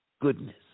goodness